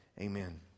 amen